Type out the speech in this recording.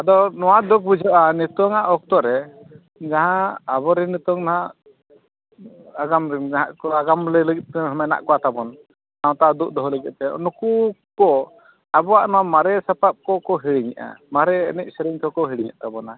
ᱟᱫᱚ ᱱᱚᱣᱟ ᱫᱩᱠ ᱵᱩᱡᱷᱟᱹᱜᱼᱟ ᱱᱤᱛᱚᱜᱼᱟ ᱚᱠᱛᱚ ᱨᱮ ᱡᱟᱦᱟᱸ ᱟᱵᱚ ᱨᱮᱱ ᱱᱤᱛᱚᱜ ᱦᱟᱸᱜ ᱟᱜᱟᱢ ᱨᱮᱱ ᱡᱟᱦᱟᱸᱭ ᱠᱚ ᱟᱜᱟᱢ ᱞᱟᱹᱭ ᱞᱟᱹᱜᱤᱫᱛᱮ ᱢᱮᱱᱟᱜ ᱠᱚ ᱛᱟᱵᱚᱱ ᱥᱟᱶᱛᱟ ᱫᱩᱜ ᱫᱚᱦᱚᱭ ᱞᱟᱹᱜᱤᱫᱛᱮ ᱱᱩᱠᱩ ᱠᱚ ᱟᱵᱚᱣᱟ ᱱᱚᱣᱟ ᱢᱟᱨᱮ ᱥᱟᱯᱟᱯ ᱠᱚ ᱠᱚ ᱦᱤᱲᱤᱧᱮᱜᱼᱟ ᱢᱟᱨᱮ ᱮᱱᱮᱡ ᱥᱮᱨᱮᱧ ᱠᱚ ᱠᱚ ᱦᱤᱲᱤᱧᱮᱫ ᱛᱟᱵᱚᱱᱟ